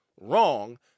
wrong